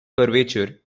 curvature